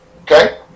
Okay